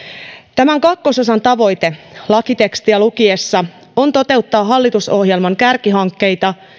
tämän kakkososan tavoite lakitekstiä lukiessa on toteuttaa hallitusohjelman kärkihankkeita